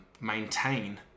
maintain